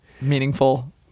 meaningful